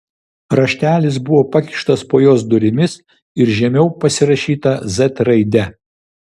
raštelis buvo pakištas po jos durimis ir žemiau pasirašyta z raide